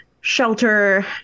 shelter